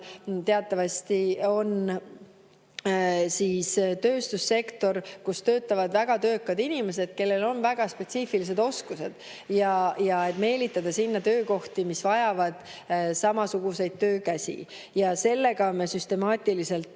teatavasti on tööstussektor, kus töötavad väga töökad inimesed, kellel on väga spetsiifilised oskused. [Me tahame] meelitada sinna töökohti, mis vajavad samasuguseid töökäsi. Sellega me ka süstemaatiliselt